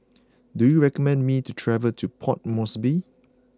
do you recommend me to travel to Port Moresby